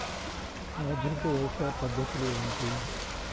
ఆధునిక వ్యవసాయ పద్ధతులు ఏమిటి?